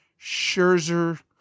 Scherzer